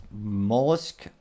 mollusk